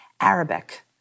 Arabic